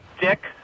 Dick